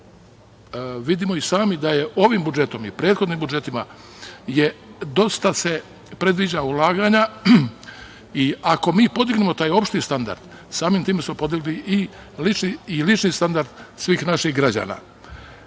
vidimo i sami da je ovim budžetom i prethodnim budžetima se dosta predviđa ulaganja. Ako mi podignemo taj opšti standard, samim tim smo podigli i lični standard svih naših građana. Kada